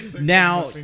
Now